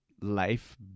life